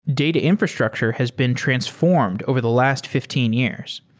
data infrastructure has been transformed over the last fifteen years.